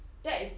um